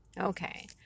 Okay